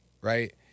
right